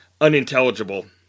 unintelligible